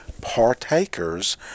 partakers